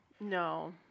No